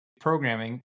programming